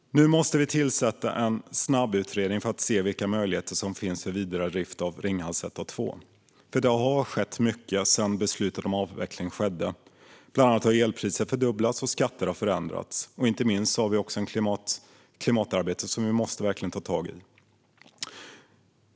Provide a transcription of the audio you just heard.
Nu måste vi tillsätta en snabbutredning för att se vilka möjligheter som finns för vidare drift av Ringhals 1 och 2, för det har skett mycket sedan beslutet om avveckling fattades. Bland annat har elpriset fördubblats och skatter förändrats. Inte minst har vi också ett klimatarbete som vi verkligen måste ta tag i.